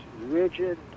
rigid